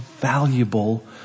valuable